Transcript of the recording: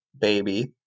baby